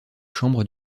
chambres